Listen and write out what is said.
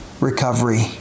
recovery